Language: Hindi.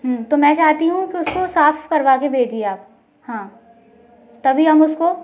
तो मैं चाहती हूँ कि उसको साफ करवा कर भेजिए आप हाँ तभी हम उसको